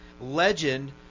legend